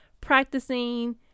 practicing